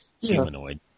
humanoid